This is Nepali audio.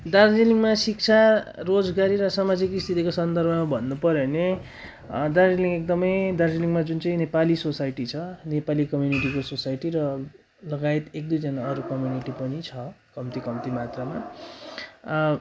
दार्जिलिङमा शिक्षा रोजगारी र सामाजिक स्थितिको सन्दर्भमा भन्नुपऱ्यो भने दार्जिलिङ एकदमै दार्जिलिङमा जुन चाहिँ नेपाली सोसायटी छ नेपाली कम्युनिटीको सोसायटी र लगायत एक दुईजना अरू कम्युनिटी पनि छ कम्ती कम्ती मात्रामा